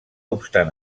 obstant